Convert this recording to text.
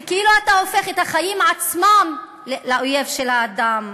זה כאילו אתה הופך את החיים עצמם לאויב של האדם,